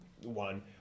one